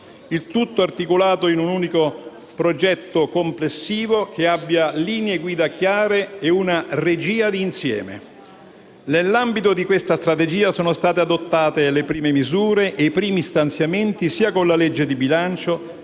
il tutto articolato in un unico progetto complessivo che abbia linee guida chiare e una regia di insieme. Nell'ambito di questa strategia sono state adottate le prime misure e i primi stanziamenti sia con la legge di bilancio,